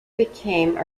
became